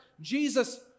Jesus